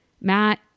Matt